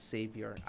Savior